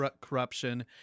corruption